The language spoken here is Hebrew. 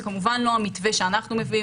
כמובן זה לא המתווה שאנחנו מביאים.